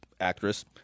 actress